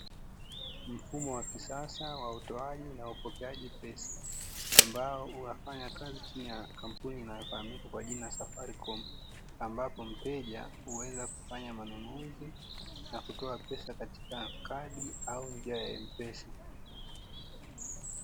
Mfumo wa kisasa wa utoaji na upokeaji pesa, ambao unaofanya kazi chini ya kampuni inayofahamiaka kama 'Safaricom', ambapo mteja huweza kufanya manunuzi na kutoa pesa katika kadi au njia ya "M-PESA".